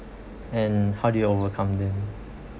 and how do you overcome them